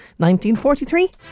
1943